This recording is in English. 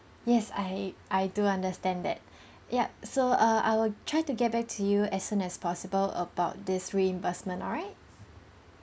yes I I do understand that yup so err I will try to get back to you as soon as possible about this reimbursement alright